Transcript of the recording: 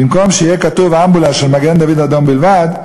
במקום שיהיה כתוב "אמבולנס של מגן-דוד-אדום" בלבד,